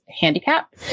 handicap